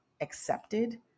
accepted